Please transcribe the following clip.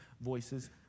voices